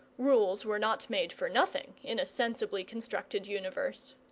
rules were not made for nothing, in a sensibly constructed universe.